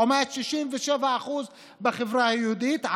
לעומת 67% בקרב החברה היהודית,